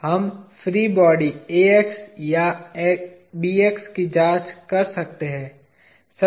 हम free body AX या XB की जांच कर सकते हैं